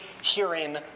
hearing